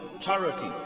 charity